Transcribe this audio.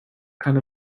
keine